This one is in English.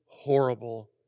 horrible